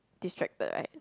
distracted right